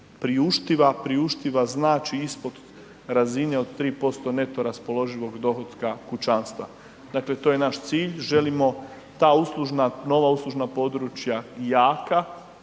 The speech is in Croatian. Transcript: priuštiva znači ispod razine od 3% neto raspoloživog dohotka kućanstva, dakle to je naš cilj, želimo ta uslužna, nova uslužna područja jaka,